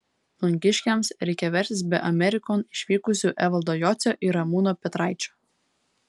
plungiškiams reikia verstis be amerikon išvykusių evaldo jocio ir ramūno petraičio